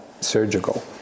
surgical